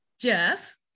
Jeff